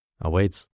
awaits